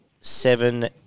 Seven